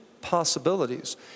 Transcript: possibilities